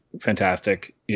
fantastic